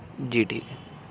جی ٹھیک ہے